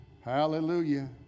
Hallelujah